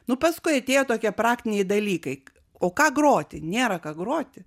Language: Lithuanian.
nu paskui atėjo tokie praktiniai dalykai o ką groti nėra ką groti